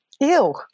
Ew